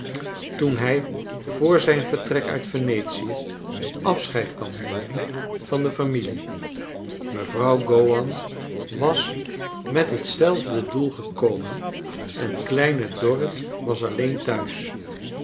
toen hij voor zijn vertrek uit venetie afscheid kwam nemen van de familie mevrouw gowan was met hetzelfde doe gekomen en kleine dorrit was alleen thuis